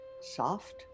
Soft